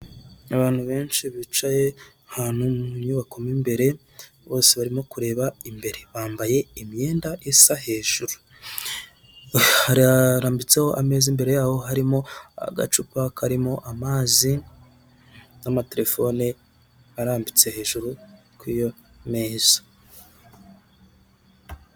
Abantu benshi bicaye ahantu mu nyubako m'imbere bose barimo kureba imbere, bambaye imyenda isa hejuru harambitseho ameza, imbere yaho harimo agacupa karimo amazi, n'amatelefone arambitse hejuru kuyo meza.